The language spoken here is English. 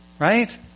right